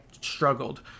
struggled